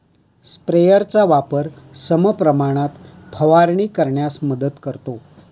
स्प्रेयरचा वापर समप्रमाणात फवारणी करण्यास मदत करतो